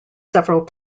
several